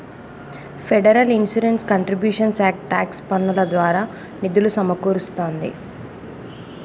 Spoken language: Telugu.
federal insurance contributions act tax పన్నుల ద్వారా నిధులు సమకూరుస్తాంది